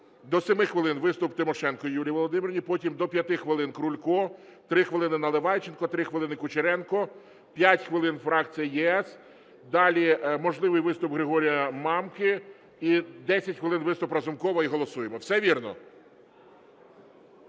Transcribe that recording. до 7 хвилин – виступ Тимошенко Юлії Володимирівни, потім до 5 хвилин – Крулько, 3 хвилини – Наливайченко, 3 хвилини – Кучеренко, 5 хвилин – фракція "ЄС", далі можливий виступ Григорія Мамки і 10 хвилин – виступ Разумкова, і голосуємо. Все вірно?